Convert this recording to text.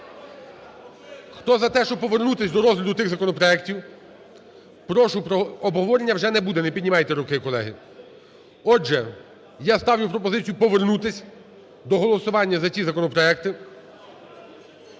Хто за те, щоб повернутись до розгляду тих законопроектів, прошу… Обговорення вже не буде, не піднімайте руки, колеги. Отже, я ставлю пропозицію повернутись до голосуванні за ті законопроекти.